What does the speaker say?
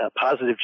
positive